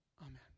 Amen